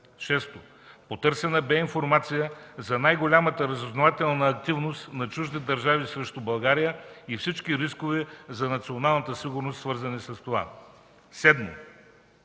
6. Потърсена бе информация за най-голямата разузнавателна активност на чужди държави срещу България и всички рискове за националната сигурност, свързани с това. 7.